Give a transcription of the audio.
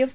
F